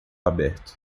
aberto